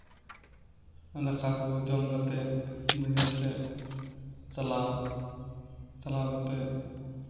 ᱫᱟᱠᱟ ᱠᱚ ᱡᱚᱢ ᱠᱟᱛᱮ ᱵᱟᱹᱭᱦᱟᱹᱲ ᱥᱮᱫ ᱪᱟᱞᱟᱣ ᱪᱟᱞᱟᱣ ᱠᱟᱛᱮ